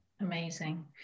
Amazing